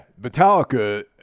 Metallica